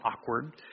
awkward